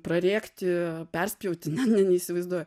prarėkti perspjauti na ne neįsivaizduoju